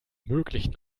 möglichen